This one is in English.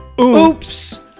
oops